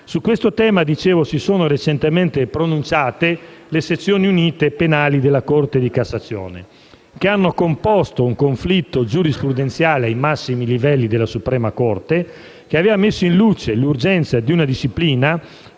costituzionali - si sono recentemente pronunciate le sezioni unite penali della Corte di cassazione, che hanno composto un conflitto giurisprudenziale ai massimi livelli della suprema Corte che aveva messo in luce l'urgenza di una disciplina